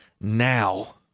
now